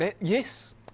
Yes